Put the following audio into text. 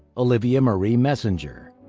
olivia marie messenger.